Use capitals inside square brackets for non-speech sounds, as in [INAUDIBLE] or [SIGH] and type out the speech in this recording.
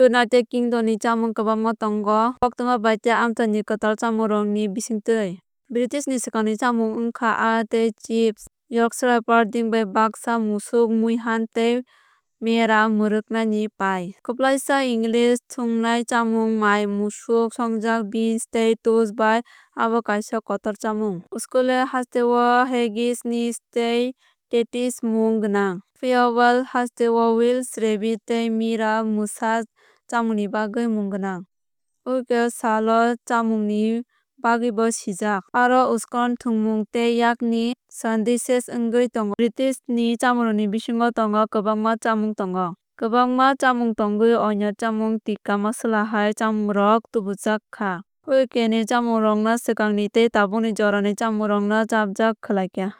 United Kingdom ni chamung kwbangma tongo koktwma bai tei amchaini kwtal chamungrokni bisingtwi. British ni swkangni chamung wngkha aah tei chips yorkshire pudding bai baksa musuk muihan tei mera mwrwknai ni pai. Kwplaisa English thungni chamung mai musuk sokjak beans tei toast bai abo kaisa kotor chamung. Scotland hasteo haggis neeps tei tatties mung gwnang. Phiya wales hasteo welsh rabit tei mera bwsa chámungni bagwi mung gwnang. UK salo chamung ni bagwibo sijak aro scone thwngmung [NOISE] tei yakni sandwiches wngwi [NOISE] tongo. Britishni chámungrokni bisingo tongo kwbangma chámung tongu. Kwbangma chamung tongwi oinw chamung tikka masala hai chámungrok tubujak kha. UK ni chámungrokno swkangni tei tabukni jorani chámungrokno chapjak khlai kha.